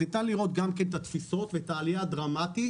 ניתן לראות את התפיסות ואת העלייה הדרמטית